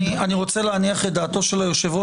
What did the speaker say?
רוצה להניח את דעתו של היושב-ראש,